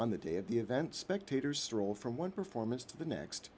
on the day of the event spectators stroll from one performance to the next